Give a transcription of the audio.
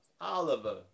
Oliver